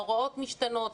ההוראות משתנות,